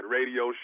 Radio